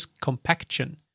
compaction